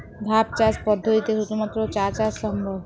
ধাপ চাষ পদ্ধতিতে শুধুমাত্র চা চাষ সম্ভব?